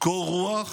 קור רוח